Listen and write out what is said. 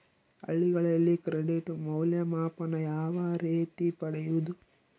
ಹಳ್ಳಿಗಳಲ್ಲಿ ಕ್ರೆಡಿಟ್ ಮೌಲ್ಯಮಾಪನ ಯಾವ ರೇತಿ ಪಡೆಯುವುದು?